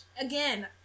Again